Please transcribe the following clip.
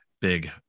big